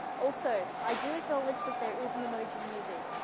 also, i do acknowledge that there is an emoji movie.